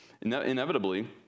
inevitably